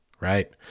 right